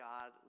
God